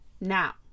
Now